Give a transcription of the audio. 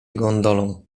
gondolą